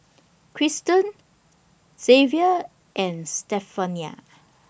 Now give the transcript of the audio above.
Kristen Zavier and Stephania